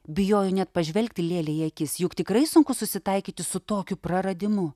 bijojo net pažvelgti lėlei į akis juk tikrai sunku susitaikyti su tokiu praradimu